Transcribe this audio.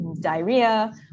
diarrhea